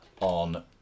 on